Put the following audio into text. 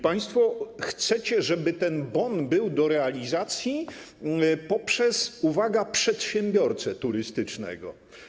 Państwo chcecie, żeby ten bon był do realizacji poprzez, uwaga, przedsiębiorcę turystycznego.